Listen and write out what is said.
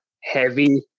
heavy